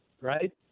right